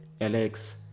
Alex